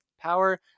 Power